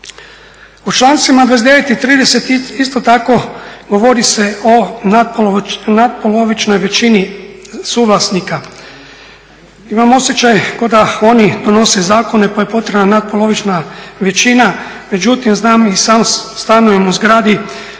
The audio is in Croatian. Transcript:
U člancima 29. i 30. isto tako govori se o natpolovičnoj većini suvlasnika. Imam osjećaj ko da oni donose zakone pa je potrebna natpolovična većina, međutim znam i sam stanujem u zgradi